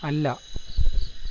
അല്ല